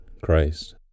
Christ